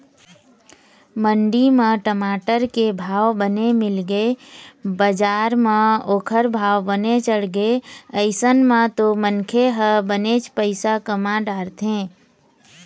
मंडी म टमाटर के भाव बने मिलगे बजार म ओखर भाव बने चढ़गे अइसन म तो मनखे ह बनेच पइसा कमा डरथे